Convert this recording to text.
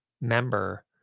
member